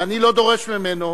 ואני לא דורש ממנו,